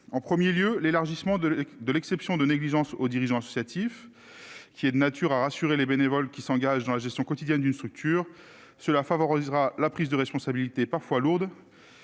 d'abord, l'élargissement de l'exception de négligence aux dirigeants associatifs est de nature à rassurer les bénévoles qui s'engagent dans la gestion quotidienne d'une structure. Cela favorisera la prise de responsabilités, parfois lourdes,